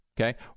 okay